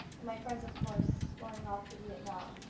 and my friends, of course, going off to vietnam.